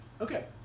Okay